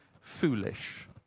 foolish